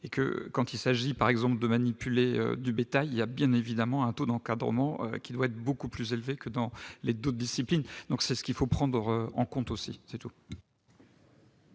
et que quand il s'agit par exemple de manipuler du bétail, il y a bien évidemment un taux d'encadrement qui doit être beaucoup plus élevé que dans les d'autres disciplines, donc c'est ce qu'il faut prendre en compte aussi c'est tout.